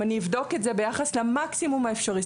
אם אבדוק את זה ביחס למקסימום האפשרי,